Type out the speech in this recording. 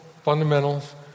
fundamentals